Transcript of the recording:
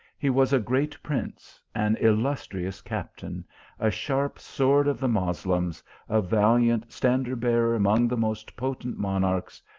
he was a great prince, an illustrious captain a sharp sword of the moslems a valiant standard-bearer among the most potent monarchs,